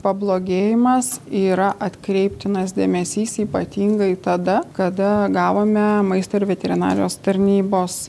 pablogėjimas yra atkreiptinas dėmesys ypatingai tada kada gavome maisto ir veterinarijos tarnybos